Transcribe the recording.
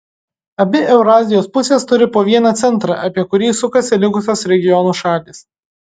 abi eurazijos pusės turi po vieną centrą apie kurį sukasi likusios regionų šalys